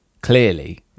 clearly